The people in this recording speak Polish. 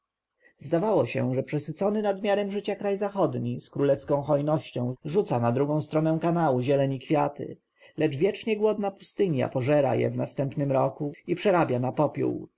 zdawało się że przesycony nadmiarem życia kraj zachodni z królewską hojnością rzuca na drugą stronę kanału zieleń i kwiaty lecz wiecznie głodna pustynia pożera je w następnym roku i przerabia na popiół